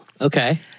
Okay